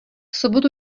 sobotu